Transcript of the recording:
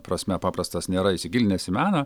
prasme paprastas nėra įsigilinęs į meną